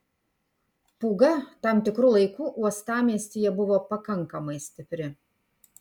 pūga tam tikru laiku uostamiestyje buvo pakankamai stipri